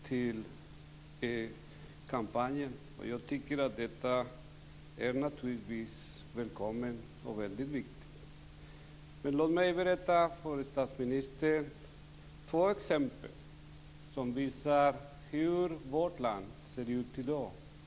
Fru talman! Jag vill också vara en av dem som sällar sig till kampanjen. Jag tycker naturligtvis att den är välkommen och väldigt viktig. Men låt mig berätta för statsministern om två exempel som visar hur vårt land ser ut i dag.